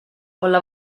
olla